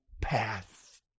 path